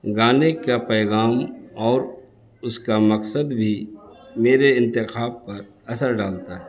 گانے کا پیغام اور اس کا مقصد بھی میرے انتخاب پر اثر ڈالتا ہے